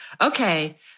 okay